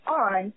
on